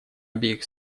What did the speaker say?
обеих